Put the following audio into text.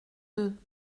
deux